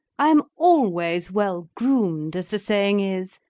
i am always well-groomed, as the saying is,